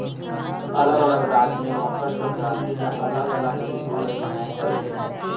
अलग अलग राज म मकर संकरांति ल अलग अलग किसम ले मनाए जाथे